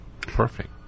Perfect